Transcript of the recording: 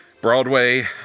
Broadway